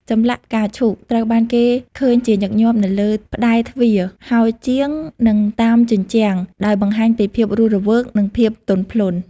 ចម្លាក់ផ្កាឈូកត្រូវបានគេឃើញជាញឹកញាប់នៅលើ ផ្តែរទ្វារ ហោជាង និងតាមជញ្ជាំង ដោយបង្ហាញពីភាពរស់រវើក និងភាពទន់ភ្លន់។